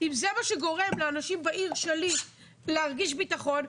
אם זה מה שגורם לאנשים בעיר שלי להרגיש ביטחון,